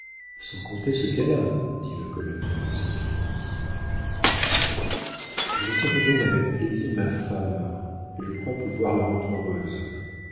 sans compter ceux qu'elle a dit le colonel en souriant je ferais d'elle avec plaisir ma femme et je crois pouvoir la rendre heureuse